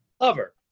cover